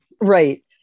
Right